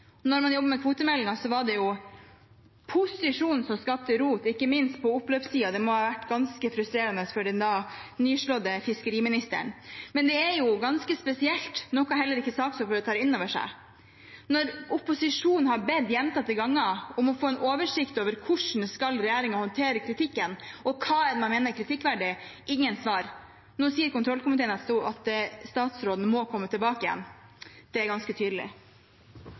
man jobbet med kvotemeldingen, var det jo posisjonen som skapte rot, ikke minst på oppløpssiden. Det må ha vært ganske frustrerende for den da nyslåtte fiskeriministeren. Dette er ganske spesielt, noe heller ikke saksordføreren tar inn over seg: Når opposisjonen gjentatte ganger har bedt om å få en oversikt over hvordan regjeringen skal håndtere kritikken, og hva man mener er kritikkverdig, er det ingen svar. Nå sier kontrollkomiteen at statsråden må komme tilbake igjen. Det er ganske tydelig.